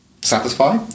satisfy